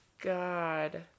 God